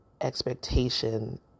expectation